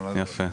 יפה.